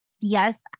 yes